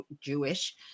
Jewish